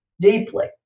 deeply